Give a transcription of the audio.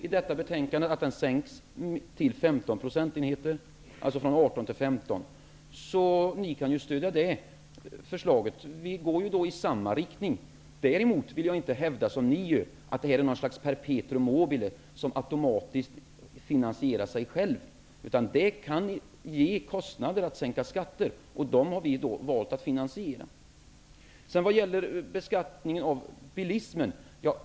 I detta betänkande föreslår vi att den s.k. turistmomsen sänks från 18 till 15 %. Ni kan ju stödja det förslaget. Våra förslag går i samma riktning. Däremot vill jag inte hävda, som ni gör, att detta är något slags perpetuum mobile, som automatiskt finansierar sig självt. Det kan ge kostnader att sänka skatter. Dem har vi valt att finansiera. Sedan har vi beskattningen av bilismen.